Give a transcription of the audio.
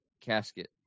casket